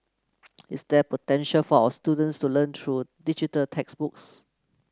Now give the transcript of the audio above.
is there potential for our students to learn through digital textbooks